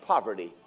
Poverty